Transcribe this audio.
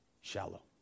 Shallow